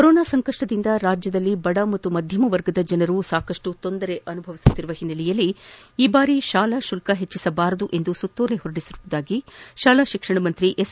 corona ಸಂಕಷ್ಟದಿಂದ ರಾಜ್ಯದಲ್ಲಿ ಬಡ ಹಾಗೂ ಮಧ್ಯಮ ವರ್ಗದ ಜನರು ಸಾಕಷ್ಟು ತೊಂದರೆ ಅನುಭವಿಸಿರುವ ಹಿನ್ನೆಲೆಯಲ್ಲಿ ಈ ಬಾರಿ ಶಾಲಾ ಶುಲ್ಲ ಹೆಚ್ಚಿಸದಂತೆ ಸುತ್ತೋಲೆ ಹೊರಡಿಸಲಾಗಿದೆ ಎಂದು ಶಾಲಾ ಶಿಕ್ಷಣ ಸಚಿವ ಎಸ್